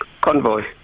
Convoy